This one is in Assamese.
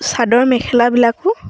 চাদৰ মেখেলাবিলাকো